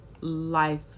life